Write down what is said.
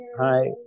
hi